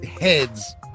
heads